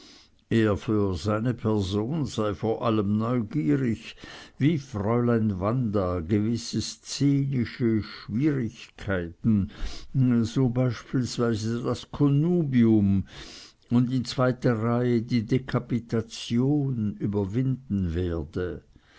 er für seine person sei vor allem neugierig wie fräulein wanda gewisse szenische schwierigkeiten so beispielsweise das konnubium und in zweiter reihe die dekapitation überwinden werde